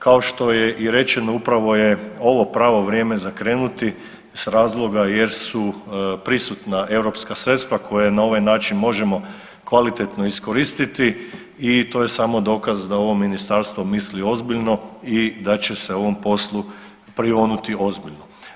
Kao što je i rečeno upravo je ovo pravo vrijeme za krenuti iz razloga jer su prisutna europska sredstva koja na ovaj način možemo kvalitetno iskoristiti i to je samo dokaz da ovo ministarstvo misli ozbiljno i da će se ovom poslu prionuti ozbiljno.